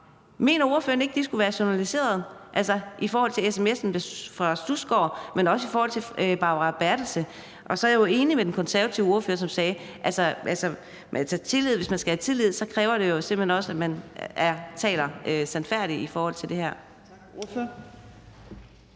Mener ordføreren ikke, at de skulle have været journaliseret, altså sms'en fra Henrik Studsgaard, men også fra Barbara Bertelsen? Så er jeg jo enig med den konservative ordfører, som sagde, at det, hvis man skal have tillid, simpelt hen også kræver, at man taler sandfærdigt i forhold til det her.